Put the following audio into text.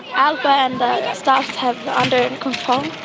alba and the staffs have under control